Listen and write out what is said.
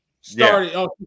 started